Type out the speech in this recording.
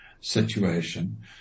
situation